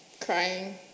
crying